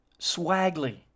swaggly